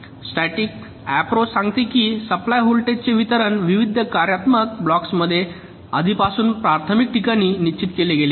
static approach सांगते की supply व्होल्टेजेसचे वितरण विविध कार्यात्मक ब्लॉक्समध्ये आधीपासून प्राथमिक ठिकाणी निश्चित केले गेले आहे